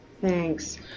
thanks